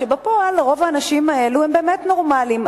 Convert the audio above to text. בפועל רוב האנשים האלה הם באמת נורמלים,